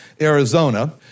Arizona